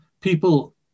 people